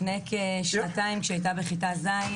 לפני כשנתיים, כשהיא היתה בכיתה ז',